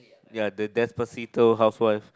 ya the despacito housewife